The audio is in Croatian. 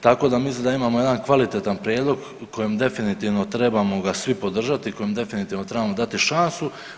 Tako da mislim da imamo jedan kvalitetan prijedlog kojem definitivno trebamo ga svi podržati, kojem definitivno trebamo dati šansu.